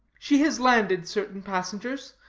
she has landed certain passengers,